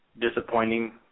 disappointing